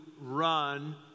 run